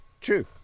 True